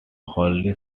hourly